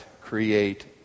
create